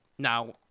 Now